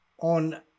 on